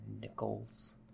nickels